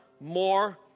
more